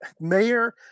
Mayor